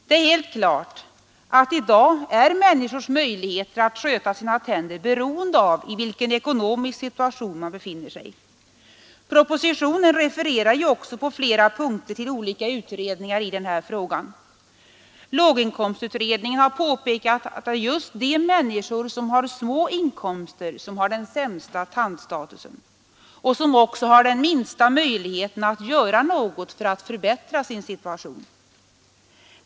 Det är helt klart att människors möjligheter att sköta sina tänder i dag är beroende av i vilken ekonomisk situation de befinner sig. Propositionen refererar också på flera punkter till olika utredningar i den här frågan. Låginkomstutredningen har påpekat att det är just de människor som har små inkomster som har den sämsta tandstatusen och som också har den minsta möjligheten att göra något för att förbättra sin situation.